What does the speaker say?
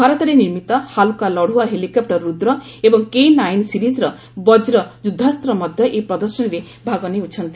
ଭାରତରେ ନିର୍ମିତ ହାଲୁକା ଲଢୁଆ ହେଲିକପୂର ରୁଦ୍ର ଏବଂ କେ ନାଇନ୍ ସିରିଜ୍ର ବକ୍ର ଯୁଦ୍ଧାସ୍ତ୍ର ମଧ୍ୟ ଏହି ପ୍ରଦର୍ଶନୀରେ ଭାଗ ନେଉଛନ୍ତି